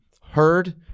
heard